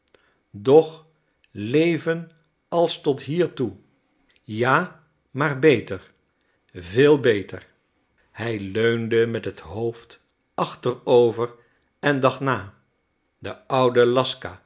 doch leven als tot hiertoe ja maar beter veel beter hij leunde met het hoofd achterover en dacht na de oude